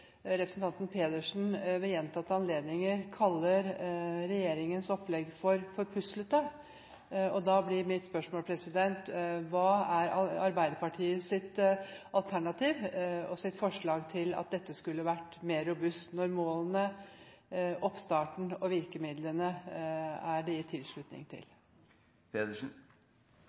representanten Pedersen kaller regjeringens opplegg for for «puslete». Da blir mitt spørsmål: Hva er Arbeiderpartiets alternativ og forslag til å få dette mer robust, når det er gitt tilslutning til målene, oppstarten og virkemidlene? Som jeg sa i mitt innlegg, er Arbeiderpartiet for endringer i